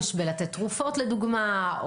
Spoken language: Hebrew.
במתן תרופות לדוגמה,